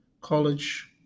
college